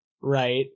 Right